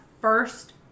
first